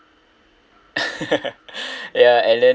ya and then